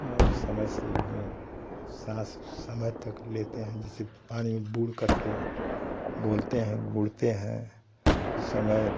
और समय से भी साँस समय तक लेते हैं जैसे पानी में बूड़कर के बोलते हैं बूड़ते हैं तो समय